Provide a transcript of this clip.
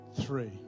three